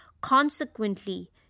consequently